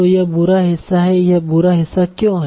तो यह बुरा हिस्सा है यह बुरा हिस्सा क्यों है